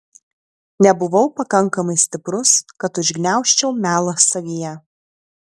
nebuvau pakankamai stiprus kad užgniaužčiau melą savyje